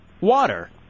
Water